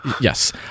yes